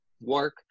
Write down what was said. work